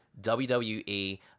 WWE